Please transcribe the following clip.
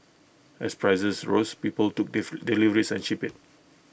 as prices rose people took diff deliveries and shipped IT